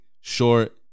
Short